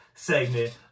segment